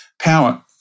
power